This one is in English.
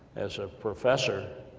as a professor,